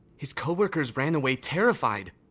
his co-workers ran away terrified.